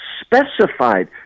specified